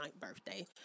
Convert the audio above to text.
birthday